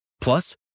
Plus